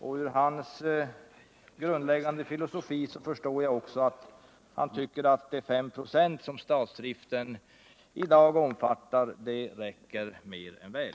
Jag förstår också att han, med utgångspunkt i sin grundläggande filosofi, tycker att de 5 96 som statsdriften i dag omfattar räcker mer än väl.